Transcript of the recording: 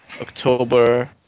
October